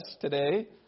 today